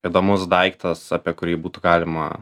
įdomus daiktas apie kurį būtų galima